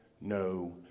no